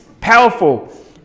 powerful